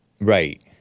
Right